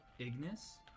Ignis